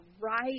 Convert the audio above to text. right